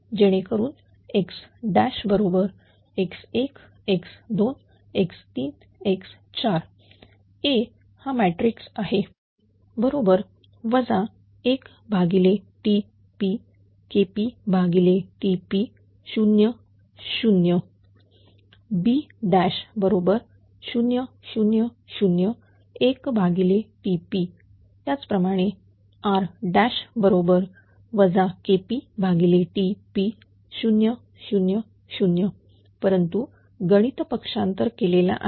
जेणेकरून Xx1 x2 x3 x4 A हा matrix आहे A 1Tp KPTP 0 0 B0 0 0 1Tp त्याचप्रमाणे r KPTP 0 0 0 परंतु गणित पक्षांतर केलेला आहे